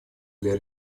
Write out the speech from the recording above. для